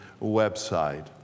website